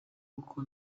kuko